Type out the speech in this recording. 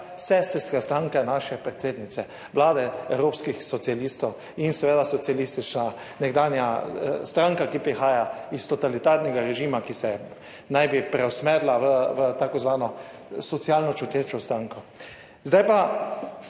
sestrska stranka naše predsednice vlade, evropskih socialistov in seveda socialistična, nekdanja stranka, ki prihaja iz totalitarnega režima, ki se naj bi preusmerila v tako imenovano socialno čutečo stranko.